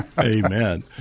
Amen